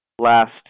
last